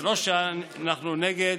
זה לא שאנחנו נגד,